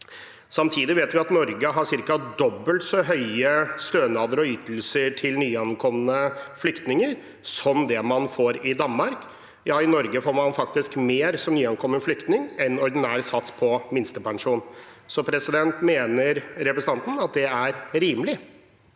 Videre vet vi at Norge har ca. dobbelt så høye stønader og ytelser til nyankomne flyktninger som det man får i Danmark. I Norge får man faktisk mer som nyankommet flyktning enn man får ved ordinær sats på minstepensjon. Mener representanten at det er rimelig?